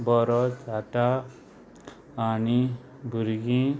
बरो जाता आनी भुरगीं